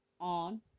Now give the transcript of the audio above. on